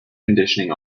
conditioning